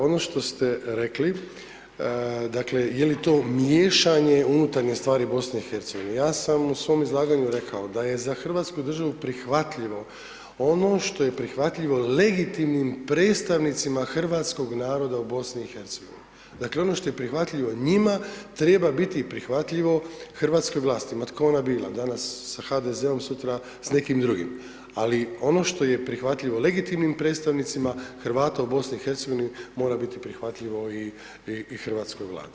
Ono što ste rekli, dakle, je li to miješanje u unutarnje stvari BiH, ja sam u svom izlaganju rekao da je za hrvatsku državu prihvatljivo ono što je prihvatljivo legitimnim predstavnicima hrvatskog naroda u BiH, dakle, ono što je prihvatljivo njima, treba biti i prihvatljivo hrvatskim vlastima, ma tko ona bila, danas sa HDZ-om, sutra s nekim drugim, ali ono što je prihvatljivo legitimnim predstavnicima Hrvata u BiH, mora biti prihvatljivo i hrvatskoj Vladi.